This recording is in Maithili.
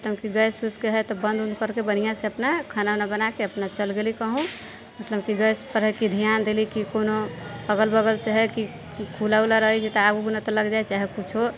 मतलब कि गैस उसके हइ बंद उंद करके बढ़िआँ से अपना खाना उना बनाके अपना चलि गेली कहूँ मतलब कि गैस पर राखिके ध्यान देली की कोनो अगल बगल से हइ कि खुला खुला रहैत छै तऽ आग उग नहि लागि जाइत छै चाहे किछु